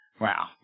Wow